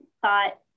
thought